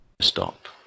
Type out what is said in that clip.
stop